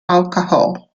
alcohol